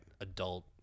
adult